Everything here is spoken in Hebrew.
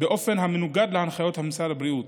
באופן המנוגד להנחיות משרד הבריאות.